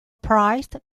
priced